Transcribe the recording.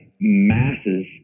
masses